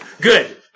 Good